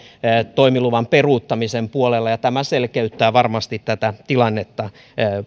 toimiluvan peruuttamisen puolella ja tämä selkeyttää varmasti tätä tilannetta